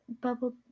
Bubble-